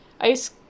ice